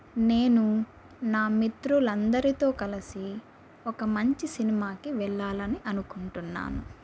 నేను నా మిత్రులందరితో కలిసి ఒక మంచి సినిమాకి వెళ్ళాలని అనుకుంటున్నాను